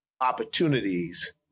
opportunities